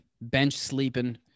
bench-sleeping